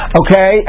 okay